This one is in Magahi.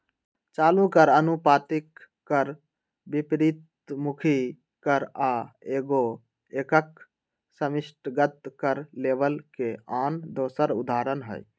चालू कर, अनुपातिक कर, विपरितमुखी कर आ एगो एकक समष्टिगत कर लेबल के आन दोसर उदाहरण हइ